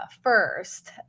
first